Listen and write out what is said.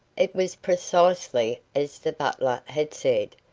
it was precisely as the butler had said.